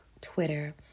Twitter